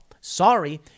Sorry